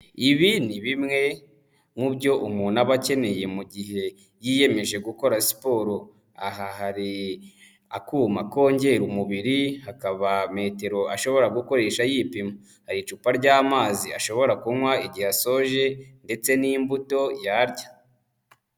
Ibi ni bimwe mu byo umuntu aba akeneye mu gihe yiyemeje gukora siporo, aha hari akuma kongera umubiri, hakaba metero ashobora gukoresha yipima, hari icupa ry'amazi ashobora kunywa igihe asoje ndetse n'imbuto yarya.